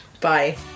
Bye